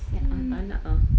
[sial] ah tak nak ah